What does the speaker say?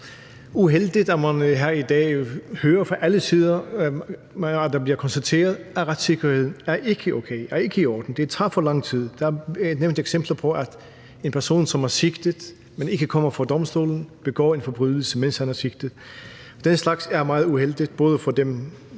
uheldigt, at man her i dag fra alle sider hører, at det bliver konstateret, at retssikkerheden ikke er okay, at den ikke er i orden. Det tager for lang tid. Der er nævnt eksempler på, at en person, som er sigtet, men ikke kommer for en domstol, begår en forbrydelse, mens han er sigtet. Den slags er meget uheldigt, både for dem,